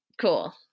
cool